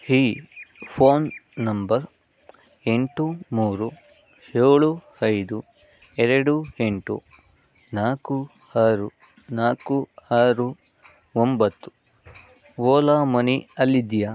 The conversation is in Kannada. ಈ ಫೋನ್ ನಂಬರ್ ಎಂಟು ಮೂರು ಏಳು ಐದು ಎರಡು ಎಂಟು ನಾಲ್ಕು ಆರು ನಾಲ್ಕು ಆರು ಒಂಬತ್ತು ಓಲಾ ಮನಿ ಅಲ್ಲಿದೆಯಾ